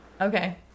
Okay